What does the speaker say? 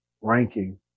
ranking